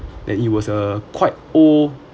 and it was a quite old